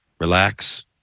relax